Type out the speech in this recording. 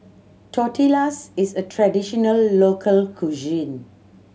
tortillas is a traditional local cuisine